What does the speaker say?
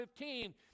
15